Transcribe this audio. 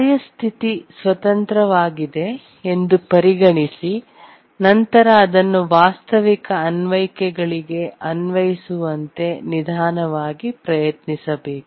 ಕಾರ್ಯ ಸ್ಥಿತಿ ಸ್ವತಂತ್ರವಾಗಿದೆ ಎಂದು ಪರಿಗಣಿಸಿ ನಂತರ ಅದನ್ನು ವಾಸ್ತವಿಕ ಅನ್ವಯಿಕೆಗಳಿಗೆ ಅನ್ವಯಿಸುವಂತೆ ನಿಧಾನವಾಗಿ ಪ್ರಯತ್ನಿಸಬೇಕು